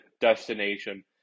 destination